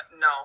no